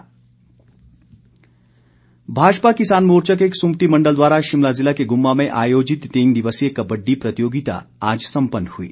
सुरेश भारद्वाज भाजपा किसान मोर्चा के कसुम्पटी मंडल द्वारा शिमला जिला के गुम्मा में आयोजित तीन दिवसीय कबड्डी प्रतियोगिता आज सम्पन्न हुई